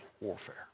warfare